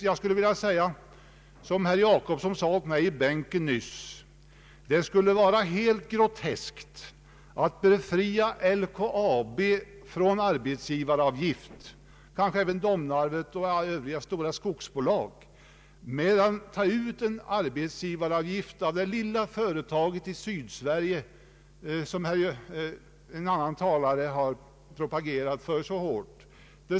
Jag vill anföra vad herr Jacobsson sade till mig i bänken nyss: Det skulle te sig alldeles groteskt att befria LKAB från arbetsgivaravgift — kanske även Domnarfvet och stora skogsbolag — men ta ut arbetsgivaravgift av det lilla företaget i Sydsverige som en annan talare har talat för så hårt.